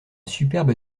superbe